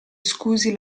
scusi